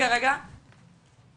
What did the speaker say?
אז אולי בינתיים, עו"ד איילת רזין,